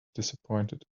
disappointed